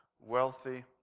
wealthy